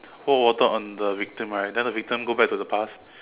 pour water on the victim right then the victim go back to the past